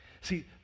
See